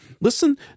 Listen